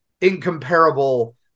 incomparable